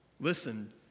Listen